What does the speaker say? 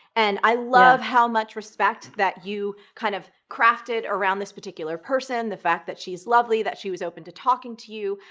and i love how much respect that you kind of crafted around this particular person, the fact that she's lovely, she was open to talking to you,